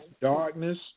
darkness